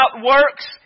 works